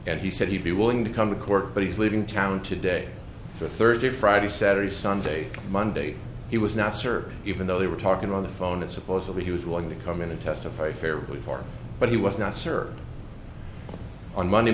and he said he'd be willing to come to court but he's leaving town today thursday friday saturday sunday monday he was nicer even though they were talking on the phone and supposedly he was willing to come in and testify fairly hard but he was not served on monday